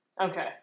Okay